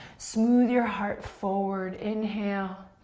smooth your heart forward, inhale.